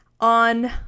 On